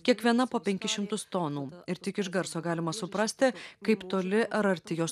kiekviena po penkis šimtus tonų ir tik iš garso galima suprasti kaip toli ar arti jos